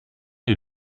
est